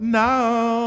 now